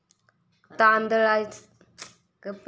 तांदळाची साठवण कशी करावी?